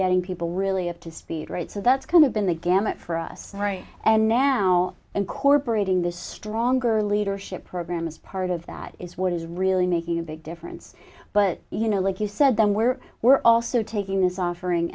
getting people really up to speed right so that's kind of been the gamut for us right and now incorporating this stronger leadership program is part of that is what is really making a big difference but you know like you said them where we're also taking this offering